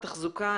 תחזוקה,